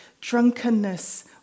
drunkenness